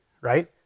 Right